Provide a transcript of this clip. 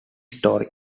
story